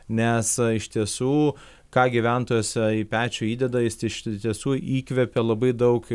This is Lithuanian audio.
nes iš tiesų ką gyventojas į pečių įdeda jis iš tiesų įkvepia labai daug